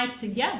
together